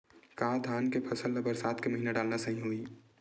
का धान के फसल ल बरसात के महिना डालना सही होही?